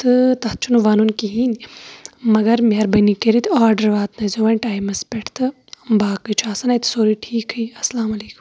تہٕ تَتھ چھُنہٕ وَنُن کِہیٖنۍ مگر مہربٲنی کٔرِتھ آرڈَر واتنٲیزیٚو وۄنۍ ٹایِمَس پٮ۪ٹھ تہٕ باقٕے چھُ آسَن اَتہِ سورُے ٹھیٖکھٕے اسلام علیکم